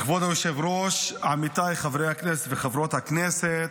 כבוד היושב-ראש, עמיתיי חברי הכנסת וחברות הכנסת,